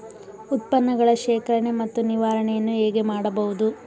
ಉತ್ಪನ್ನಗಳ ಶೇಖರಣೆ ಮತ್ತು ನಿವಾರಣೆಯನ್ನು ಹೇಗೆ ಮಾಡಬಹುದು?